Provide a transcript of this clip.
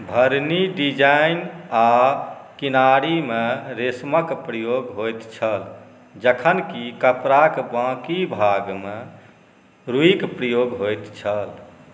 भरनी डिजाइन आ किनारीमे रेशमक प्रयोग होयत छल जखन कि कपड़ाक बांकी भागमे रुइक प्रयोग होयत छल